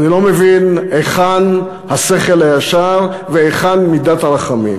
אני לא מבין היכן השכל הישר והיכן מידת הרחמים.